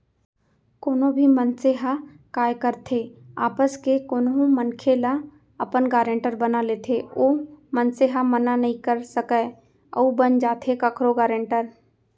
कोनो भी मनसे ह काय करथे आपस के कोनो मनखे ल अपन गारेंटर बना लेथे ओ मनसे ह मना नइ कर सकय अउ बन जाथे कखरो गारेंटर